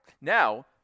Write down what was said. Now